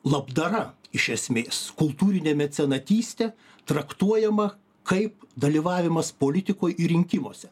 labdara iš esmės kultūrinė mecenatystė traktuojama kaip dalyvavimas politikoj ir rinkimuose